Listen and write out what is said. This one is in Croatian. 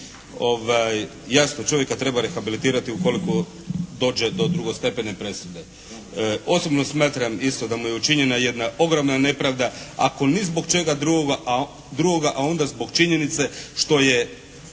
Jasno čovjeka treba rehabilitirati ukoliko dođe do drugostepene presude. Osobno smatram isto da mu je učinjena jedna ogromna nepravda, ako ni zbog čega drugoga, a onda zbog činjenice što je